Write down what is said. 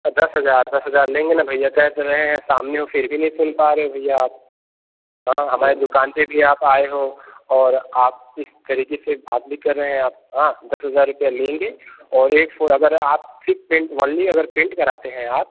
दस हज़ार दस हज़ार लेंगे ना भईया कह तो रहे हैं सामने हो फिर भी नहीं सुन पा रहे हो भईया आप हाँ हमारे दुकान पे भी आप आए हो और आप इस तरीके से बात भी कर रहे हैं आप हाँ दस हज़ार रुपए लेंगे और एक अगर आप सिर्फ पेंट वन्ली अगर पेंट कराते हैं आप